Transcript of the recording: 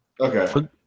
Okay